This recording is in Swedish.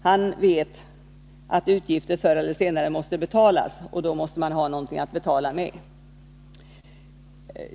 Han vet att utgifter förr eller senare måste betalas, och då måste man ha något att betala med.